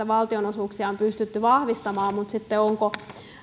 valtionosuuksia on pystytty vahvistamaan mutta onko sitten